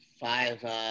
five